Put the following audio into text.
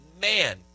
Man